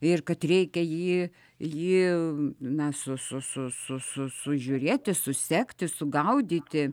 ir kad reikia jį jį na su su su su su sužiūrėti susekti sugaudyti